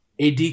AD